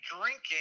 drinking